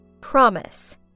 Promise